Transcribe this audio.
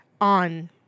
on